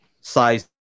size